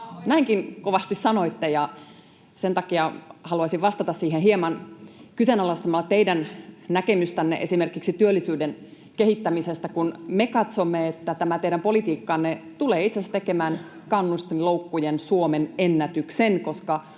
Näinkin kovasti sanoitte, ja sen takia haluaisin vastata siihen hieman kyseenalaistamalla teidän näkemystänne esimerkiksi työllisyyden kehittämisestä. Me katsomme, että tämä teidän politiikkanne tulee itse asiassa tekemään kannustinloukkujen Suomen ennätyksen, koska